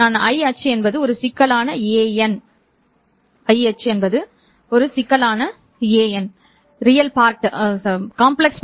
நான் அச்சு என்பது ஒரு சிக்கலான an